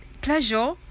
pleasure